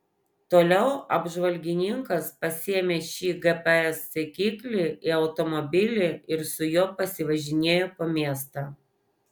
toliau apžvalgininkas pasiėmė šį gps sekiklį į automobilį ir su juo pasivažinėjo po miestą